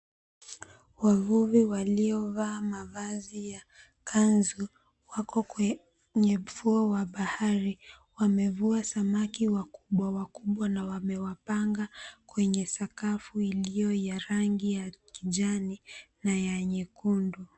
Wavuvi waliovaa mavazi ya kanzu wako kwenye ufuo wa bahari. Wamevua samaki wakubwawakubwa na wamewapanga kwenye sakafu iliyo ya rangi ya kijani na ya nyekundu.